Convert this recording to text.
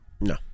No